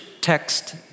text